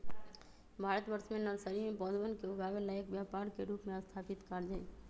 भारतवर्ष में नर्सरी में पौधवन के उगावे ला एक व्यापार के रूप में स्थापित कार्य हई